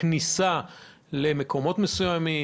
כניסה למקומות מסוימים,